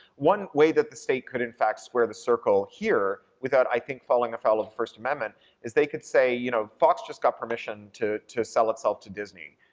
one way that the state could in fact square the circle here without, i think, falling afoul of the first amendment is they could say, you know, fox just got permission to to sell itself to disney,